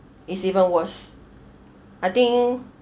it's even worse I think